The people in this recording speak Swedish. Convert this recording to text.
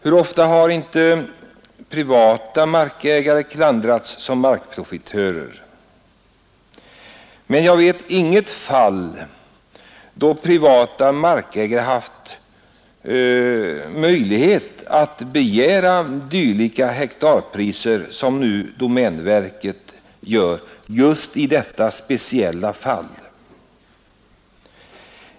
Privata markägare har ofta blivit kallade markprofitörer, men jag vet inget fall, där privata markägare haft möjlighet att begära sådana hektarpriser som domänverket nu begär just i detta speciella fall.